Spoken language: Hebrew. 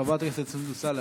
חברת הכנסת סונדוס סאלח,